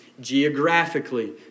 geographically